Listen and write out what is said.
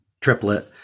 triplet